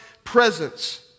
Presence